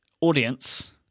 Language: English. audience